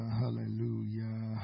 hallelujah